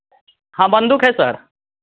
हाँ बंदूक है सर